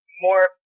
more